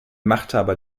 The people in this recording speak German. machthaber